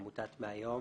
עמותת מהיום.